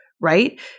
right